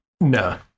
No